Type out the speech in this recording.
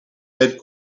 had